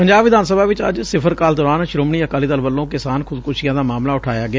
ਪੰਜਾਬ ਵਿਧਾਨ ਸਭਾ ਚ ਅੱਜ ਸਿਫਰ ਕਾਲ ਦੌਰਾਨ ਸ੍ਰੋਮਣੀ ਅਕਾਲੀ ਦਲ ਵਲੋਂ ਕਿਸਾਨ ਖੁਦਕੁਸ਼ੀਆਂ ਦਾ ਮਾਮਲਾ ਉਠਾਇਆ ਗਿਆ